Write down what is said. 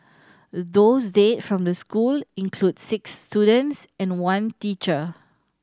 those dead from the school include six students and one teacher